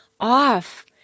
off